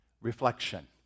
reflection